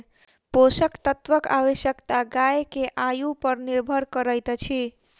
पोषक तत्वक आवश्यकता गाय के आयु पर निर्भर करैत अछि